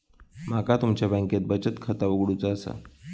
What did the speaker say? माका तुमच्या बँकेत बचत खाता उघडूचा असा?